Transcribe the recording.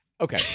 Okay